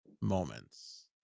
moments